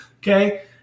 Okay